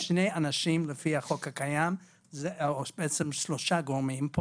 לפי החוק הקיים יש שלושה גורמים: